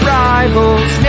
rivals